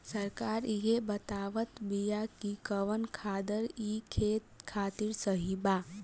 सरकार इहे बतावत बिआ कि कवन खादर ई खेत खातिर सही बा